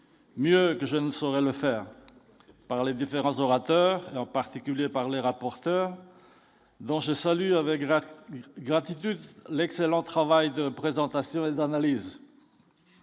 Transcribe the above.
mieux que je ne saurais le faire par les différents orateurs en particulier par les rapporteurs, dont je salue avec la gratitude l'excellent travail de présentation et d'analyse,